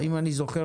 אם אני זוכר,